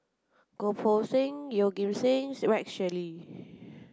Goh Poh Seng Yeoh Ghim Seng Rex Shelley